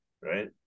right